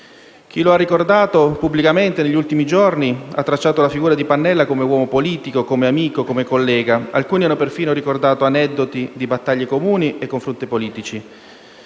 Chi lo ha ricordato pubblicamente negli ultimi giorni ha tracciato la figura di Pannella come uomo politico, come amico, come collega e alcuni hanno perfino ricordato aneddoti di battaglie comuni e confronti politici.